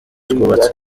twubatse